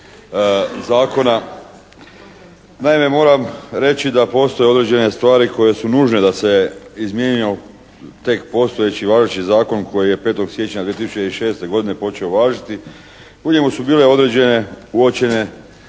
Naime moram reći da postoje određene stvari koje su nužne da se izmjeni tek postojeći važeći zakon koji je 5. siječnja 2006. godine počeo važiti. U njemu su bile određene uočene nedostaci